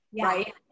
Right